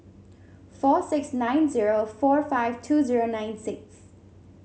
four six nine zero four five two zero nine six